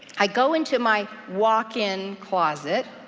i go into my walk-in closet.